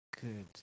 good